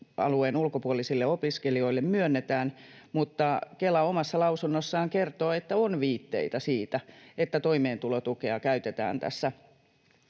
Eta-alueen ulkopuolisille opiskelijoille myönnetään. Mutta Kela omassa lausunnossaan kertoo, että on viitteitä siitä, että toimeentulotukea käytetään tässä